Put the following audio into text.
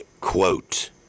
quote